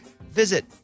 visit